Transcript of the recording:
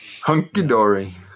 Hunky-dory